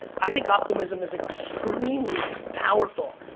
i think optimism is extremely powerful.